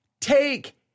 Take